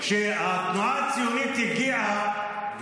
כשהתנועה הציונית הגיעה,